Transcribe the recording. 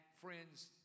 friends